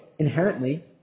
Inherently